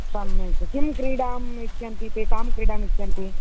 सम्यक् किं क्रीडाम् इच्छन्ति ते कां क्रीडामिच्छन्ति